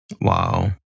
Wow